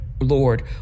Lord